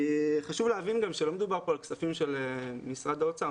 חשוב להבין גם שלא מדובר כאן על כספים של משרד האוצר.